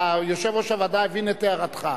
יושב-ראש הוועדה הבין את הערתך.